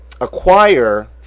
acquire